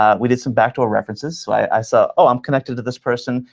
um we did some backdoor references. so i saw, oh, i'm connected to this person.